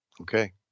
Okay